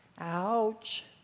Ouch